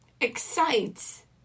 excites